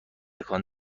تکان